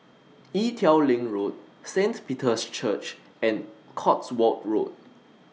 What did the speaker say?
Ee Teow Leng Road Saint Peter's Church and Cotswold Road